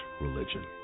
religion